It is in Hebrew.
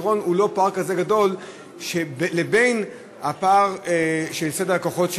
מספר המבקרים במירון הוא לא גדול כמו הפער של סדרי הכוחות.